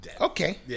Okay